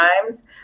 times